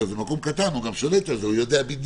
זה מקום קטן, הוא גם שולט על זה, הוא יודע בדיוק.